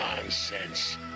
nonsense